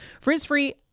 Frizz-free